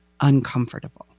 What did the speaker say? uncomfortable